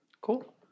cool